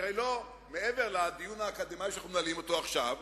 מעבר לדיון האקדמי שאנחנו מנהלים עכשיו,